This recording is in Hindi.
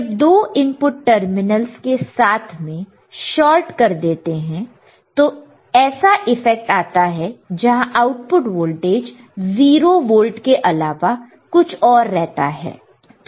जब दो इनपुट टर्मिनलस को साथ में शॉर्ट कर देते हैं तो ऐसा इफेक्ट आता है जहां आउटपुट वोल्टेज 0 वोल्ट के अलावा कुछ और रहता है